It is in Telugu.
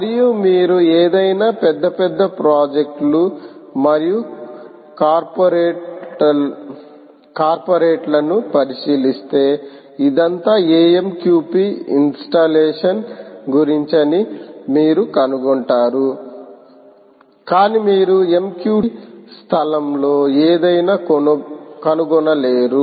మరియు మీరు ఏదైనా పెద్ద పెద్ద ప్రాజెక్టులు మరియు కార్పొరేట్లను పరిశీలిస్తే ఇదంతా AMQP ఇన్స్టాలేషన్ గురించి అని మీరు కనుగొంటారు కానీ మీరు MQTT స్థలంలో ఏదైనా కనుగొనలేరు